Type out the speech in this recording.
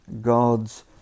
God's